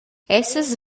essas